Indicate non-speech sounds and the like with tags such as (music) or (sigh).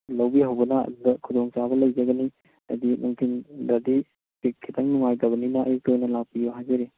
ꯂꯧꯕꯤꯍꯧꯕꯅ ꯑꯗꯨꯗ ꯈꯨꯗꯣꯡꯆꯥꯕ ꯂꯩꯖꯒꯅꯤ ꯍꯥꯏꯗꯤ ꯅꯨꯡꯊꯤꯟꯗꯗꯤ (unintelligible) ꯈꯤꯇꯪ ꯅꯨꯉꯥꯏꯇꯕꯅꯤꯅ ꯑꯌꯨꯛꯇ ꯑꯣꯏꯅ ꯂꯥꯛꯑꯣ ꯍꯥꯏꯖꯔꯤ